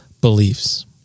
beliefs